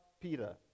Peter